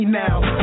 now